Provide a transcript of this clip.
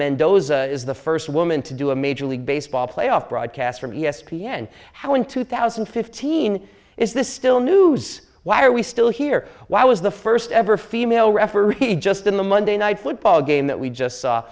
mendoza is the first woman to do a major league baseball playoff broadcast from e s p n how in two thousand and fifteen is this still news why are we still here why was the first ever female referee he just in the monday night football game that we just saw